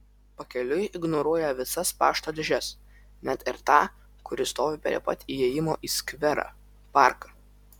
pakeliui ignoruoja visas pašto dėžes net ir tą kuri stovi prie pat įėjimo į skverą parką